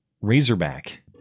Razorback